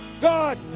God